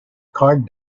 card